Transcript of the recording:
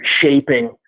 shaping